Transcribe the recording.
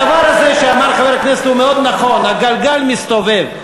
הדבר הזה שאמר חבר הכנסת הוא מאוד נכון: הגלגל מסתובב.